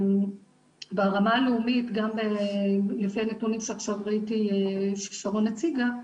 ברמה הלאומית גם לפי הנתונים שעכשיו ראיתי ששרון הציגה,